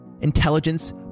Intelligence